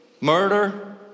murder